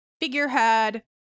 figurehead